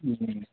جی